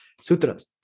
sutras